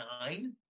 nine